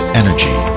energy